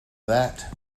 that